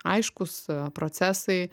aiškūs procesai